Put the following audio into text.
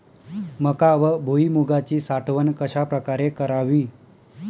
मका व भुईमूगाची साठवण कशाप्रकारे करावी?